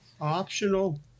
optional